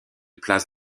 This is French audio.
place